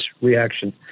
reaction